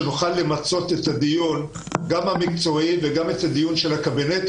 כדי שנוכל למצות את הדיון המקצועי וגם את דיון הקבינט.